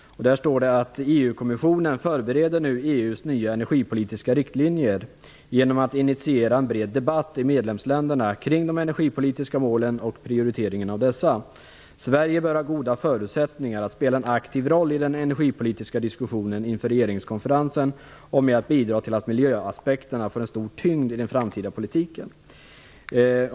Där står det att EU kommissionen nu förbereder EU:s nya energipolitiska riktlinjer genom att initiera en bred debatt i medlemsländerna kring de energipolitiska målen och prioriteringen av dessa. Sverige bör ha goda förutsättningar att spela en aktiv roll i den energipolitiska diskussionen inför regeringskonferensen och att bidra till att miljöaspekterna får en stor tyngd i den framtida politiken.